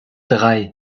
drei